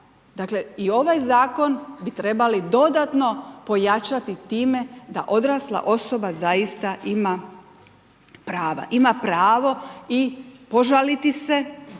Dakle i ovaj zakon bi trebali dodatno pojačati time da odrasla osoba zaista ima prava. Ima pravo